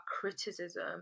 criticism